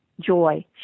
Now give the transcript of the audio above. joy